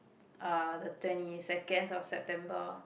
uh the twenty second of September